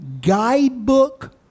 guidebook